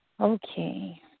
Okay